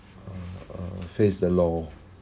uh face the law